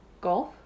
Golf